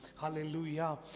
hallelujah